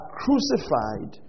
crucified